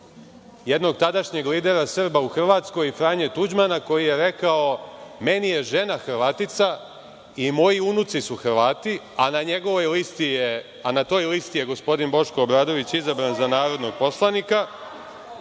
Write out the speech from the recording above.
jednog tadašnjeg lidera Srba u Hrvatskoj, Franje Tuđmana, koji je rekao – meni je žena Hrvatica i moji unuci su Hrvati, a na toj listi je gospodin Boško Obradović izabran za narodnog poslanika,